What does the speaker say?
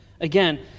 Again